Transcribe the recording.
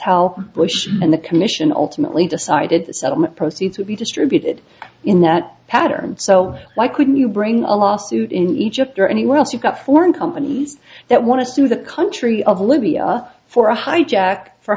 how bush and the commission alternately decided the settlement proceeds would be distributed in that pattern so why couldn't you bring a lawsuit in egypt or anywhere else you've got foreign companies that want to sue the country of libya for a hijack for